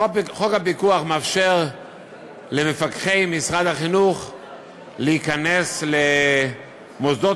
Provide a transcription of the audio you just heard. חוק הפיקוח מאפשר למפקחי משרד החינוך להיכנס למוסדות